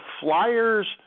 Flyers